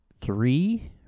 three